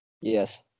Yes